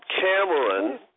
Cameron